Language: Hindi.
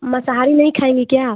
माँसाहारी नहीं खाएंगी क्या